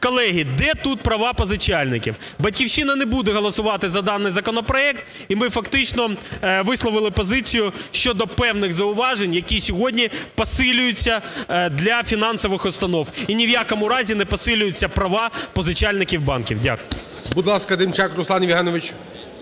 Колеги, де тут права позичальників? "Батьківщина" не буде голосувати за даний законопроект. І ми фактично висловили позицію щодо певних зауважень, які сьогодні посилюються для фінансових установ, і ні в якому разі не посилюються права позичальників банків. Дякую.